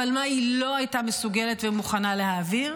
אבל מה היא לא הייתה מסוגלת ומוכנה להעביר?